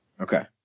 Okay